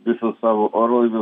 visus savo orlaivius